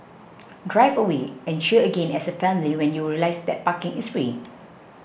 drive away and cheer again as a family when you realise that parking is free